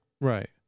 Right